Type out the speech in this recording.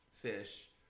Fish